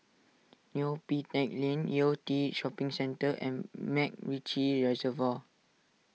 Neo Pee Teck Lane Yew Tee Shopping Centre and MacRitchie Reservoir